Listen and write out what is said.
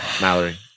Mallory